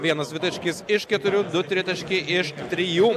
vienas dvitaškis iš keturių du tritaškiai iš trijų